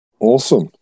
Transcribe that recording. awesome